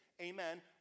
Amen